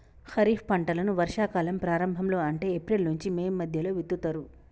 ఖరీఫ్ పంటలను వర్షా కాలం ప్రారంభం లో అంటే ఏప్రిల్ నుంచి మే మధ్యలో విత్తుతరు